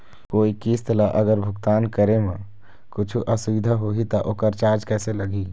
कोई किस्त ला अगर भुगतान करे म कुछू असुविधा होही त ओकर चार्ज कैसे लगी?